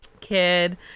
kid